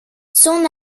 son